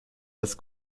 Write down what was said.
erst